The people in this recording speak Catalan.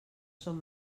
són